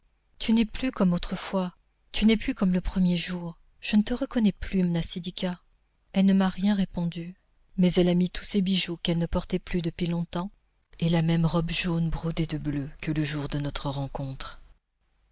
tu n'es plus comme autrefois tu n'es plus comme le premier jour je ne te reconnais plus mnasidika elle ne m'a rien répondu mais elle a mis tous ses bijoux qu'elle ne portait plus depuis longtemps et la même robe jaune brodée de bleu que le jour de notre rencontre